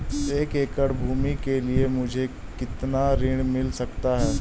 एक एकड़ भूमि के लिए मुझे कितना ऋण मिल सकता है?